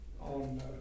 on